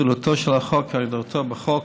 תחילתו של החוק, כהגדרתה בחוק,